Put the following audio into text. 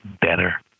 better